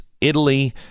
italy